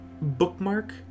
bookmark